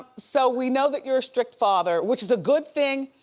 so we know that you're a strict father, which is a good thing,